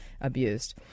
abused